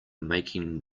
making